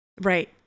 Right